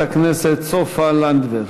חברת הכנסת סופה לנדבר.